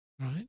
right